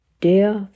death